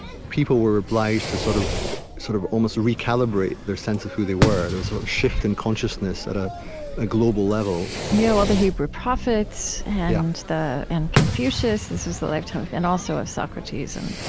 people were obliged to sort of sort of almost recalibrate their sense of who they were. there was a shift in consciousness at ah a global level yeah, well, the hebrew prophets and and confucius. this was the lifetime of and also of socrates and